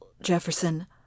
Jefferson